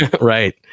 right